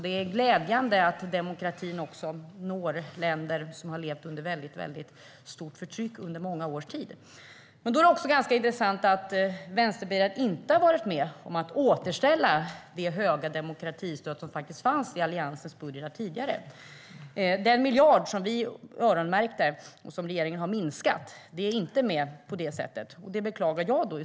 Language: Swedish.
Det är glädjande att demokratin når också länder som har levt under stort förtryck under många års tid. Men då är det också ganska intressant att Vänsterpartiet inte har varit med om att återställa det höga demokratistöd som faktiskt fanns i Alliansens budgetar tidigare. Den miljard som vi öronmärkte och som regeringen har minskat är inte med på det sättet. Det beklagar jag.